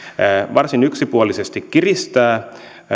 varsin yksipuolisesti kiristää